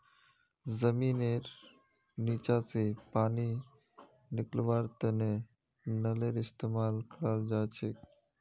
जमींनेर नीचा स पानी निकलव्वार तने नलेर इस्तेमाल कराल जाछेक